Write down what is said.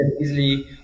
easily